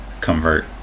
convert